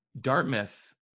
Dartmouth